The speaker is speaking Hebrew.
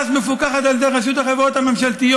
תע"ש מפוקחת על ידי רשות החברות הממשלתיות,